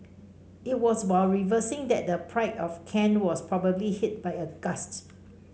it was while reversing that the Pride of Kent was probably hit by a gust